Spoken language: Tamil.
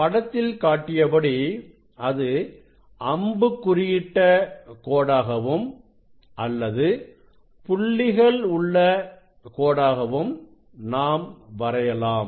படத்தில் காட்டியபடி அது அம்புக் குறியிட்ட கோடாகவும் அல்லது புள்ளிகள் உள்ள கோடாகவும் நாம் வரையலாம்